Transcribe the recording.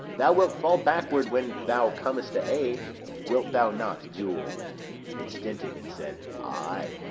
thou wilt fall backward when thou comest to age wilt thou not, jule it stinted, and said ay.